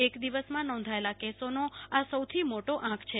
એક દિવસમાં નોંધાયેલા કેસોનો આ સૌથી મોટો આંક છે